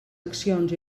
accions